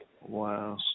Wow